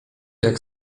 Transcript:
jak